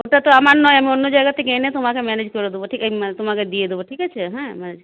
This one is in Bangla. ওটা তো আমার নয় আমি অন্য জায়গার থেকে এনে তোমাকে ম্যানেজ করে দেব তোমাকে দিয়ে দেবো ঠিক আছে হ্যাঁ